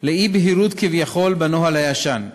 של אי-בהירות, כביכול, בנוהל הישן.